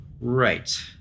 right